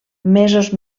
mesos